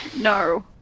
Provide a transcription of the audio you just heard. No